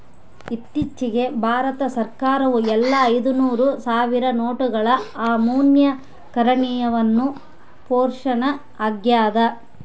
ಇತ್ತೀಚಿಗೆ ಭಾರತ ಸರ್ಕಾರವು ಎಲ್ಲಾ ಐದುನೂರು ಸಾವಿರ ನೋಟುಗಳ ಅಮಾನ್ಯೀಕರಣವನ್ನು ಘೋಷಣೆ ಆಗ್ಯಾದ